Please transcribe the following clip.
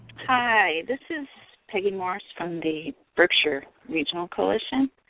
hi. this is peggy morse from the berkshire regional coalition.